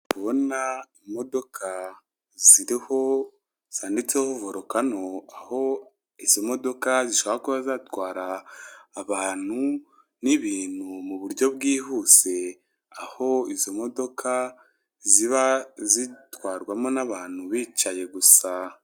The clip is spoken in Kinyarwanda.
Ndabona imodoka ziriho zanditseho vorukano aho izi modoka zishobora kuba zatwara abantu n'ibintu mu buryo bwihuse, aho izo modoka ziba zitwarwamo n'abantu bicaye gusa.